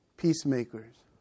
Peacemakers